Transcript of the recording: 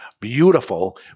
Beautiful